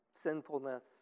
sinfulness